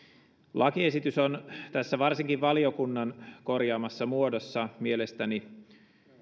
lakiesitys on varsinkin tässä valiokunnan korjaamassa muodossa mielestäni